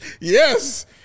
Yes